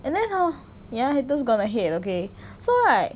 but then hor ya haters gonna hate okay so right